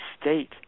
state